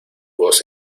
voz